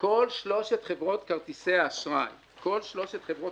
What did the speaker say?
כל שלוש חברות כרטיסי האשראי כל שלוש חברות